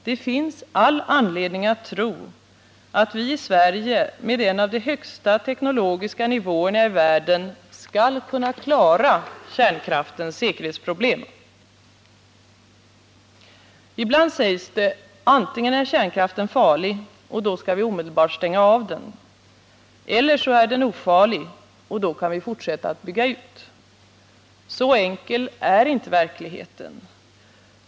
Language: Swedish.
Det finns all anledning att tro att vi i Sverige, med en av de högsta teknologiska nivåerna i världen, skall kunna klara kärnkraftens säkerhetsproblem. Ibland sägs det: Antingen är kärnkraften farlig, och då skall vi omedelbart stänga av den, eller så är den ofarlig, och då kan vi forsätta att bygga ut den. Så enkel är inte verkligheten.